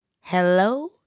hello